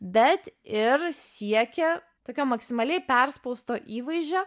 bet ir siekia tokio maksimaliai perspausto įvaizdžio